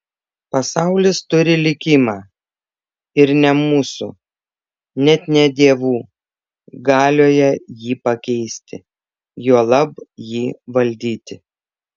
pasaulis turi likimą ir ne mūsų net ne dievų galioje jį pakeisti juolab jį valdyti